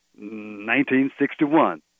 1961